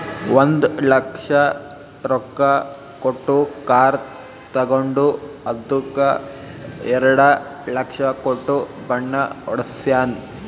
ಒಂದ್ ಲಕ್ಷ ರೊಕ್ಕಾ ಕೊಟ್ಟು ಕಾರ್ ತಗೊಂಡು ಅದ್ದುಕ ಎರಡ ಲಕ್ಷ ಕೊಟ್ಟು ಬಣ್ಣಾ ಹೊಡ್ಸ್ಯಾನ್